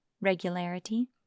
regularity